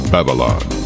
Babylon